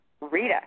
rita